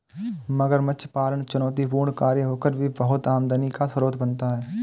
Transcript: मगरमच्छ पालन चुनौतीपूर्ण कार्य होकर भी बहुत आमदनी का स्रोत बनता है